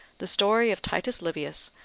the story of titus livius,